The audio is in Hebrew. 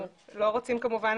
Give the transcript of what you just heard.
אנחנו לא רוצים כמובן,